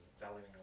valuing